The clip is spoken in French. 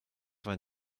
vingt